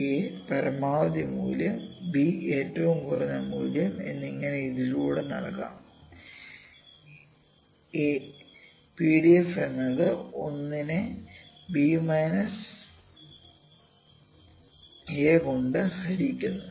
"a" പരമാവധി മൂല്യം b ഏറ്റവും കുറഞ്ഞ മൂല്യം എന്നിങ്ങനെ ഇതിലൂടെ നൽകാം a PDF എന്നത് 1 നെ b a കൊണ്ട് ഹരിക്കുന്നു